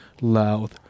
loud